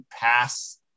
pass